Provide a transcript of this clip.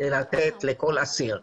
לתת לכל אסיר.